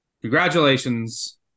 Congratulations